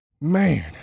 man